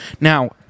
Now